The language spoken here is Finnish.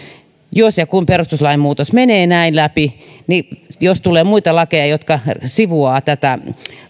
jos ja kun perustuslain muutos menee näin läpi niin jos tulee muita lakeja jotka sivuavat tätä